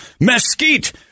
mesquite